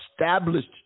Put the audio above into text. established